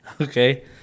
Okay